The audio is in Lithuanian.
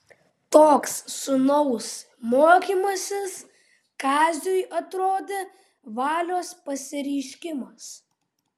toks sūnaus mokymasis kaziui atrodė valios pasireiškimas